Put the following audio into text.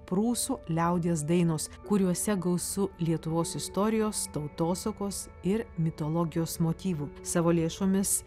prūsų liaudies dainos kuriuose gausu lietuvos istorijos tautosakos ir mitologijos motyvų savo lėšomis